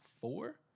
four